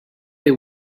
they